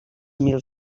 mil